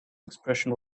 expression